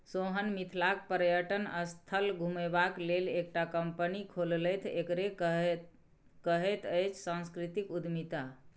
सोहन मिथिलाक पर्यटन स्थल घुमेबाक लेल एकटा कंपनी खोललथि एकरे कहैत अछि सांस्कृतिक उद्यमिता